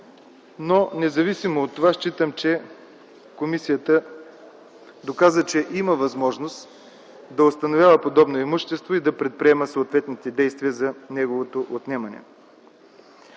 но независимо от това считам, че комисията доказа, че има възможност да установява подобно имущество и да предприема съответните действия за неговото отнемане.